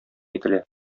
ителә